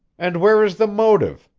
and where is the motive?